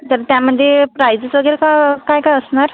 तर त्यामध्ये प्रायजेस वगैरे काय काय असणार